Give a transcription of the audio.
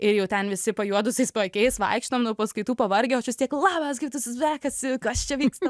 ir jau ten visi pajuodusiais paakiais vaikšto nuo paskaitų pavargę o aš vistiek labas kaip tau sekasi kas čia vyksta